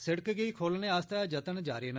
सिड़क गी खोलने आस्तै जतन जारी न